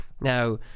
now